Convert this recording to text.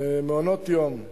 מעונות-יום,